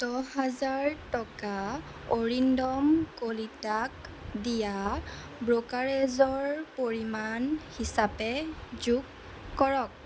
দহ হাজাৰ টকা অৰিন্দম কলিতাক দিয়া ব্ৰ'কাৰেজৰ পৰিমাণ হিচাপে যোগ কৰক